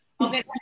Okay